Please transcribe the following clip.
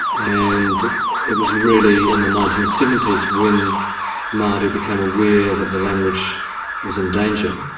and it was really in the nineteen seventy s when maori became aware that the language was in danger.